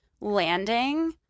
landing